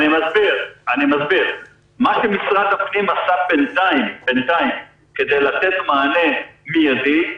אני מסביר מה שמשרד הפנים עשה בינתיים כדי לתת מענה מידי,